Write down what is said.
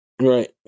Right